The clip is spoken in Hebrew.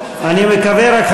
אני מקווה רק,